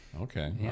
Okay